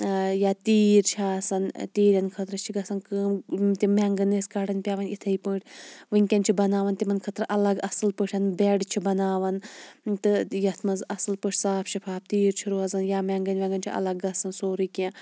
یا تیٖر چھِ آسَان تیٖرَن خٲطرٕ چھِ گَژھَان کٲم تِم مینٛگن أسۍ کَڑٕنۍ پیٚوان یِتھے پٲٹھۍ وٕنکٮ۪ن چھِ بَناوان تِمَن خٲطرٕ اَلَگ اصل پٲٹھۍ بیٚڈ چھِ بَناوان تہٕ یتھ مَنٛز اصل پٲٹھۍ صاف شِفاف تیٖر چھِ روزَان یا میٚنٛگن ویٚنٛگن چھِ اَلَگ گَژھان سورُے کینٛہہ